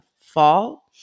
fall